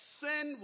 sin